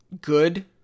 good